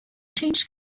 changed